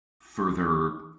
further